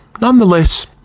nonetheless